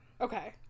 Okay